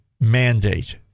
mandate